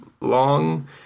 long